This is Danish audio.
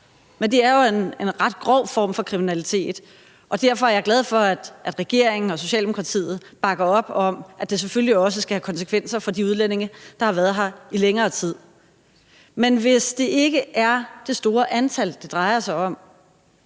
Men det er jo en ret grov form for kriminalitet, og derfor er jeg glad for, at regeringen og Socialdemokratiet bakker op om, at det selvfølgelig også skal have konsekvenser for de udlændinge, der har været her i længere tid. Men hvis det ikke er det store antal, det drejer sig om,